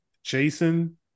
Jason